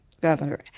governor